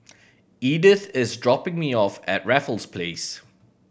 Edith is dropping me off at Raffles Place